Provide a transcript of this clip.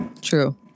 True